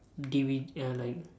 D V ya like